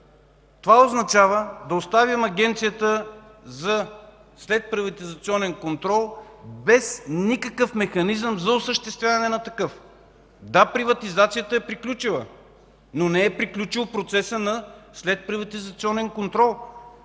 Това означава да оставим Агенцията за следприватизационен контрол без никакъв механизъм за осъществяване на такъв. Да, приватизацията е приключила, но не е приключил процесът на следприватизационен контрол.